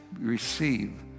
receive